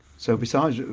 so, besides